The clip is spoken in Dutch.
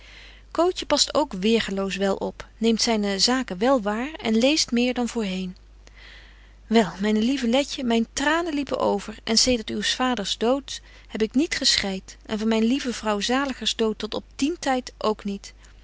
cootje past ook weêrgâloos wel op neemt zyne zaken wel waar en leest meer dan voorheen wel myn lieve letje myn tranen liepen over en zedert uw's vaders dood heb ik niet geschreit en van myn lieve vrouw zaligers dood tot op dien tyd ook niet